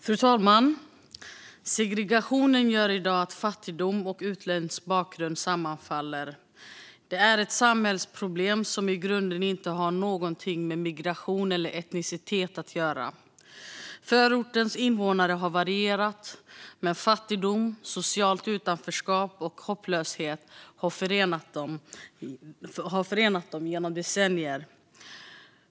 Fru talman! Segregationen gör i dag att fattigdom och utländsk bakgrund sammanfaller. Det är ett samhällsproblem som i grunden inte har någonting med migration eller etnicitet att göra. Förortens invånare har varierat, men fattigdom, socialt utanförskap och hopplöshet har förenat dem genom decennier.